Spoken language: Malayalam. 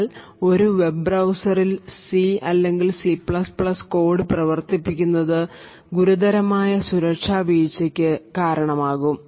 എന്നാൽ ഒരു വെബ് browserൽ CC കോഡ് പ്രവർത്തിപ്പിക്കുന്നത് ഗുരുതരമായ സുരക്ഷാ വീഴ്ചക്ക് കാരണമാകും